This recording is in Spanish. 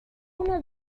una